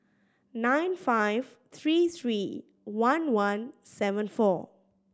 nine five three three one one seven four